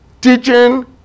Teaching